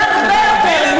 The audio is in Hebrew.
להרבה יותר מזה.